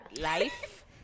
life